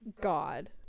God